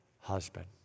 husband